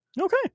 okay